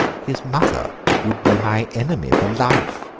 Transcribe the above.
his mother would be my enemy for life,